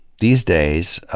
these days,